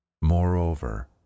Moreover